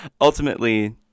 ultimately